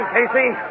Casey